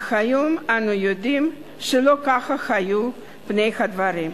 אך היום אנו יודעים שלא כך היו פני הדברים.